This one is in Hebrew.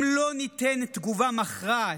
אם לא ניתן תגובה מכרעת,